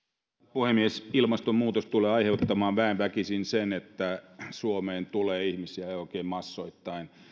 puhemies ilmastonmuutos tulee aiheuttamaan väen väkisin sen että suomeen tulee ihmisiä oikein massoittain